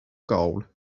goal